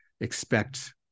expect